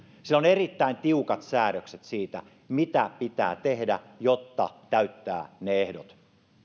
on erittäin tiukat säädökset siitä mitä pitää tehdä jotta täyttää ne ehdot